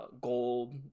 gold